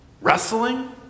wrestling